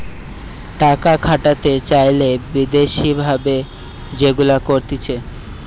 টাকা খাটাতে চাইলে বিদেশি ভাবে যেগুলা করতিছে